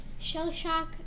Shellshock